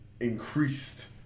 increased